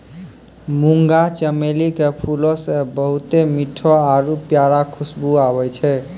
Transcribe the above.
मुंगा चमेली के फूलो से बहुते मीठो आरु प्यारा खुशबु आबै छै